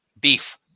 Beef